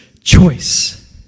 choice